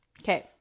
okay